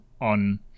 on